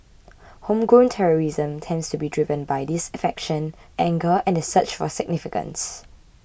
homegrown terrorism tends to be driven by disaffection anger and the search for significance